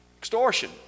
Extortion